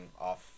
off